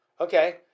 Okay